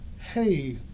hey